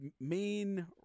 main